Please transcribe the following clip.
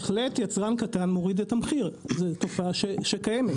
יצרן קטן בהחלט מוריד את המחיר, זו תופעה שקיימת.